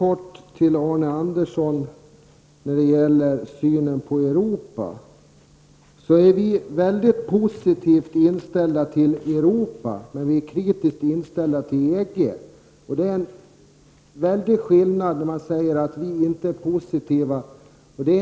Fru talman! Låt mig helt kort säga följande till Europa. Vi är positivt inställda till Europa, men kritiskt inställda till EG. Det är alltså inte sant det Arne Andersson säger.